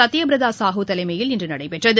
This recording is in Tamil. சத்திய பிரத சாகு தலைமையில் இன்று நடைபெற்றது